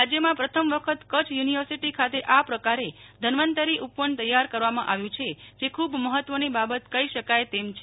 રાજ્યમાં પ્રથમ વખત કચ્છ યુનિવર્સિટી ખાતે આ પ્રકારે ધન્વંતરિ ઉપવન તૈયાર કરવામાં આવ્યું છે જે ખુબ મહત્ત્વની બાબત કહી શકાય તેમ છે